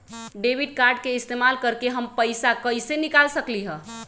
Debit card के इस्तेमाल करके हम पैईसा कईसे निकाल सकलि ह?